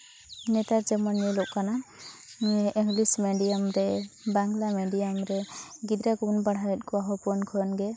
ᱱᱮᱛᱟᱨ ᱡᱮᱢᱚᱱ ᱧᱮᱞᱚᱜ ᱠᱟᱱᱟ ᱱᱚᱣᱟ ᱤᱝᱞᱤᱥ ᱢᱤᱰᱤᱭᱟᱢ ᱨᱮ ᱵᱟᱝᱞᱟ ᱢᱤᱰᱤᱭᱟᱢ ᱨᱮ ᱜᱤᱫᱽᱨᱟᱹ ᱠᱚᱵᱚᱱ ᱯᱟᱲᱦᱟᱣᱮᱫ ᱠᱚᱣᱟ ᱦᱚᱯᱚᱱ ᱠᱷᱚᱱ ᱜᱮ